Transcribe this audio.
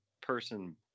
person